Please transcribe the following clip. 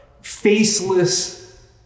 faceless